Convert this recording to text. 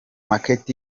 market